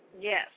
Yes